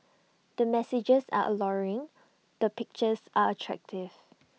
the messages are alluring the pictures are attractive